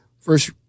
first